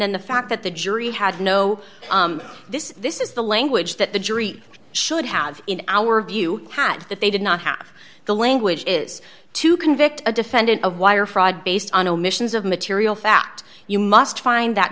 then the fact that the jury had no this this is the language that the jury should have in our view had that they did not have the language is to convict a defendant of wire fraud based on omissions of material fact you must find that